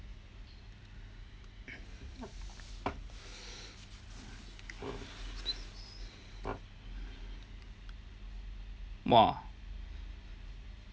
!wah!